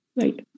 right